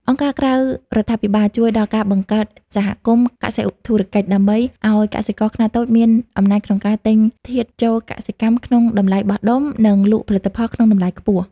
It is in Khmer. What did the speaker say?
អង្គការក្រៅរដ្ឋាភិបាលជួយដល់ការបង្កើតសហគមន៍កសិធុរកិច្ច ដើម្បីឱ្យកសិករខ្នាតតូចមានអំណាចក្នុងការទិញធាតុចូលកសិកម្មក្នុងតម្លៃបោះដុំ និងលក់ផលិតផលក្នុងតម្លៃខ្ពស់។